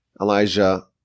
Elijah